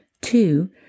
Two